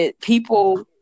people